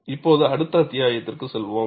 இப்போது அடுத்த அத்தியாயத்திற்கு செல்கிறோம்